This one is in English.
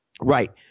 Right